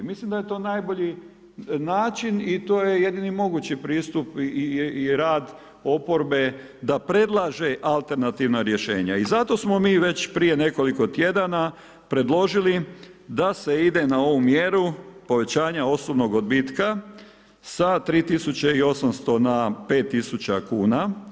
Mislim da je to najbolji način i to je jedini mogući pristup i rad oporbe da predlaže alternativna rješenja i zato smo mi već prije nekoliko tjedana predložili da se ide na ovu mjeru povećanja osobnog odbitka s 3.800,00 kn na 5.000,00 kn.